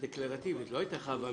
דיברתי איתם.